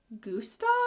Gustav